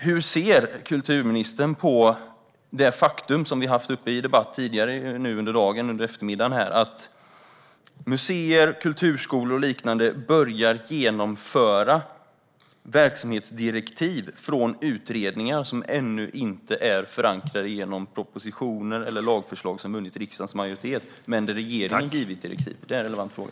Hur ser kulturministern på det faktum som vi har haft uppe till debatt tidigare under eftermiddagen att museer, kulturskolor och liknande börjar genomföra verksamhetsdirektiv från utredningar som ännu inte är förankrade genom propositioner eller lagförslag som vunnit stöd från riksdagens majoritet men där regeringen gett direktiv? Det är en relevant fråga.